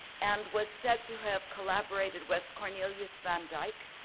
and was said to have collaborated with cornelius van dyck,